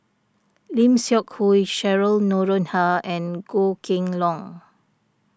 Lim Seok Hui Cheryl Noronha and Goh Kheng Long